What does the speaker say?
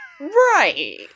Right